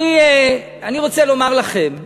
אני רוצה לומר לכם,